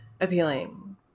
appealing